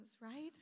right